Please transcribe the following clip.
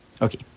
Okay